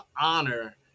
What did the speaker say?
honor